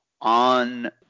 on